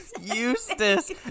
Eustace